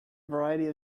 variety